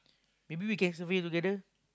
maybe we can survey together